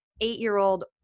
eight-year-old